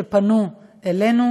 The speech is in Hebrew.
שפנו אלינו,